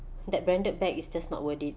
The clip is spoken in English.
that branded bag is just not worth it